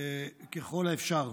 ככל האפשר,